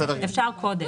אפשר להוסיף קודם.